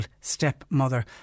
stepmother